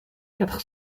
quatre